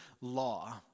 law